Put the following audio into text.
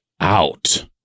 out